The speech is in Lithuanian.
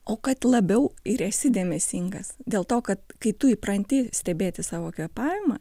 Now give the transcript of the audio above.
o kad labiau ir esi dėmesingas dėl to kad kai tu įpranti stebėti savo kvėpavimą